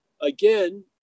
again